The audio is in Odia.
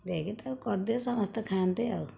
ଦେଇକି ତାକୁ କରିଦିଏ ସମସ୍ତେ ଖାଆନ୍ତି ଆଉ